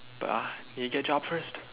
but ah need get job first